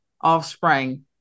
offspring